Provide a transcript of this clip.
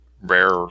rare